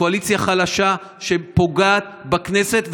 קואליציה חלשה שפוגעת בכנסת,